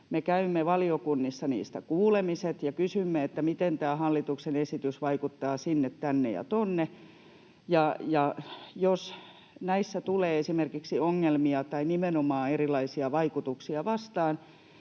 käymme valiokunnissa siitä kuulemiset ja kysymme, miten tämä hallituksen esitys vaikuttaa sinne, tänne ja tuonne, ja jos näissä tulee esimerkiksi ongelmia tai nimenomaan erilaisia vaikutuksia vastaan,